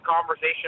conversation